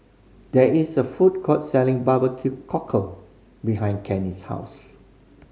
there is a food court selling barbecue cockle behind Kerry's house